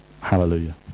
Hallelujah